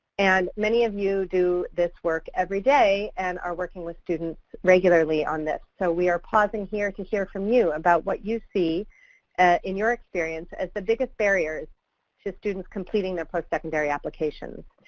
and many of you do this work every day and are working with students regularly on this, so we are pausing here to hear from you about what you see in your experience as the biggest barriers to students completing their postsecondary applications.